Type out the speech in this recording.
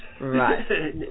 Right